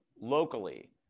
locally